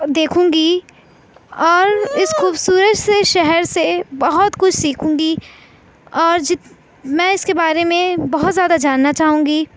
دیکھوں گی اور اس خوبصورت سے شہر سے بہت کچھ سیکھوں گی اور جت میں اس کے بارے میں بہت زیادہ جاننا چاہوں گی